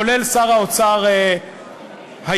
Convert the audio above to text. כולל שר האוצר היוצא,